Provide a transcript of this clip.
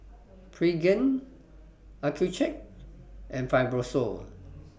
Pregain Accucheck and Fibrosol